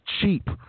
cheap